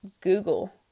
Google